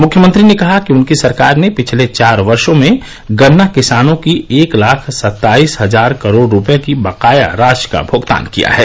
मुख्यमंत्री ने कहा कि उनकी सरकार ने पिछले चार वर्षो में गन्ना किसानों की एक लाख सत्ताईस हजार करोड़ रूपए की बकाया राशि का भुगतान किया है